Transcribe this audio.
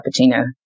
cappuccino